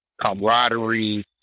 camaraderie